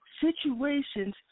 Situations